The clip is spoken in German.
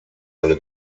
alle